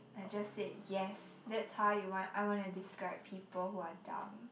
I just said yes that's how you want I wanna describe people who are dumb